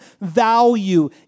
value